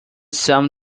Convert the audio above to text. sum